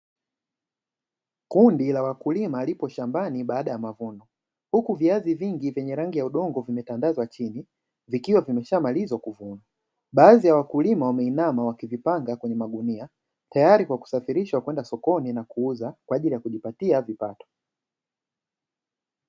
Kundi la wakulima lipo shambani baada ya mavuno; huku viazi vingi vyenye rangi ya udongo vimetandazwa chini, vikiwa vimeshamalizwa kuvunwa, baadhi ya wakulima wameinama wakivipanga kwenye magunia tayari kwa kusafirishwa kwenda sokoni na kuuza kwa ajili ya kujipatia vipato.